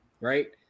right